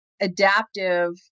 adaptive